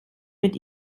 mit